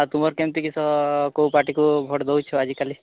ଆଉ ତୁମର କେମିତି କିସ କେଉଁ ପାର୍ଟିକୁ ଭୋଟ ଦେଉଛ ଆଜି କାଲି